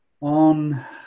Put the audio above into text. on